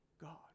God